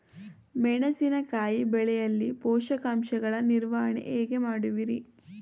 ಮೆಣಸಿನಕಾಯಿ ಬೆಳೆಯಲ್ಲಿ ಪೋಷಕಾಂಶಗಳ ನಿರ್ವಹಣೆ ಹೇಗೆ ಮಾಡುವಿರಿ?